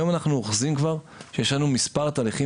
היום אנחנו אוחזים כבר שיש לנו מספר תהליכים